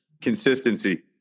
Consistency